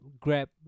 grab